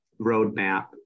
roadmap